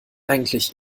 eigentlich